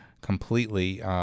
completely